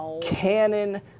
canon